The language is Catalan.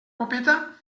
copeta